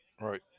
Right